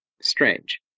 Strange